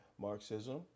Marxism